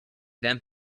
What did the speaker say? then